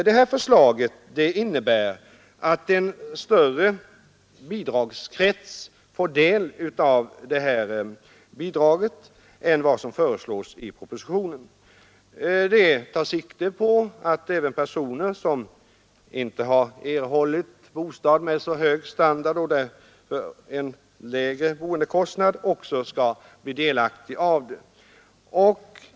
Vårt förslag innebär att en större krets får del av bidraget än vad som föreslås i propositionen. Förslaget tar sikte på att även personer, som inte har erhållit bostad med så hög standard och därför har en lägre boendekostnad, skall bli delaktiga av bidraget.